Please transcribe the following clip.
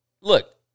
Look